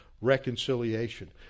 reconciliation